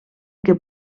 que